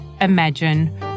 imagine